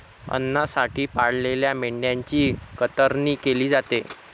अन्नासाठी पाळलेल्या मेंढ्यांची कतरणी केली जाते